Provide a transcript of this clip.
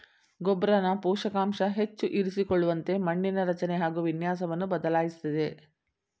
ಗೊಬ್ಬರನ ಪೋಷಕಾಂಶ ಹೆಚ್ಚು ಇರಿಸಿಕೊಳ್ಳುವಂತೆ ಮಣ್ಣಿನ ರಚನೆ ಹಾಗು ವಿನ್ಯಾಸವನ್ನು ಬದಲಾಯಿಸ್ತದೆ